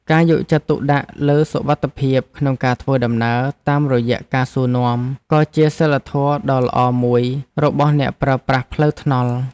ការយកចិត្តទុកដាក់លើសុវត្ថិភាពក្នុងការធ្វើដំណើរតាមរយៈការសួរនាំ ក៏ជាសីលធម៌ដ៏ល្អមួយរបស់អ្នកប្រើប្រាស់ផ្លូវថ្នល់។